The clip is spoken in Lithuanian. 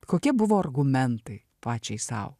kokie buvo argumentai pačiai sau